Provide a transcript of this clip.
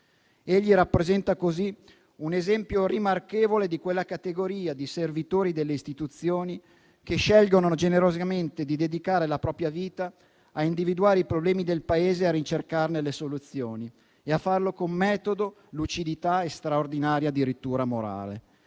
Egli rappresenta così un esempio rimarchevole di quella categoria di servitori delle istituzioni che scelgono generosamente di dedicare la propria vita a individuare i problemi del Paese, a ricercarne le soluzioni e a farlo con metodo, lucidità e straordinaria dirittura morale,